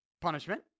punishment